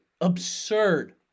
Absurd